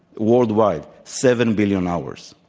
worldwide, seven billion hours.